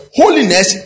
holiness